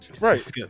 Right